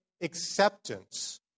acceptance